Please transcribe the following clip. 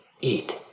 eat